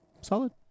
Solid